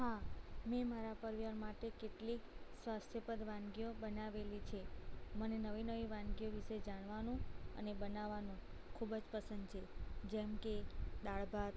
હા મેં મારા પરિવાર માટે કેટલીક સ્વાસ્થ્યપ્રદ વાનગીઓ બનાવેલી છે મને નવી નવી વાનગીઓ વિષે જાણવાનું અને બનાવાનું ખૂબ જ પસંદ છે જેમકે દાળ ભાત